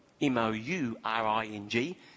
M-O-U-R-I-N-G